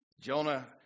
Jonah